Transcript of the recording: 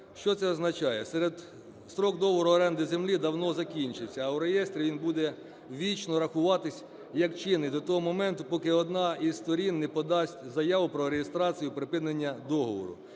Що це означає? Строк договору оренди землі давно закінчився, а у реєстрі він буде вічно рахуватись як чинний до того моменту, поки одна із сторін не подасть заяву про реєстрацію припинення договору.